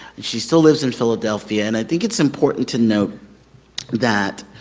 she still lives in philadelphia, and i think it's important to note that